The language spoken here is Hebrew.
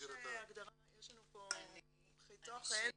יש לנו פה מומחית תוכן.